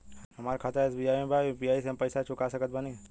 हमारा खाता एस.बी.आई में बा यू.पी.आई से हम पैसा चुका सकत बानी?